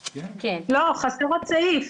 חסר עוד סעיף.